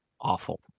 Awful